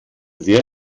sehr